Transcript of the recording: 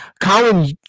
Colin